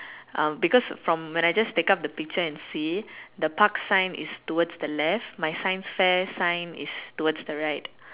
uh because from when I just take out the picture and see the Park sign is towards the left my science fair sign is towards the right